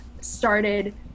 started